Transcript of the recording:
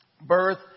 birth